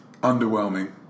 underwhelming